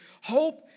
hope